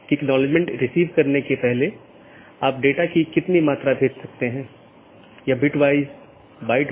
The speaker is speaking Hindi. जैसे अगर मै कहूं कि पैकेट न 1 को ऑटॉनमस सिस्टम 6 8 9 10 या 6 8 9 12 और उसके बाद गंतव्य स्थान पर पहुँचना चाहिए तो यह ऑटॉनमस सिस्टम का एक क्रमिक सेट है